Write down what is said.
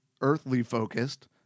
earthly-focused